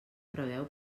preveu